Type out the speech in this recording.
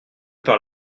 veux